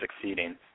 succeeding